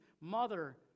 mother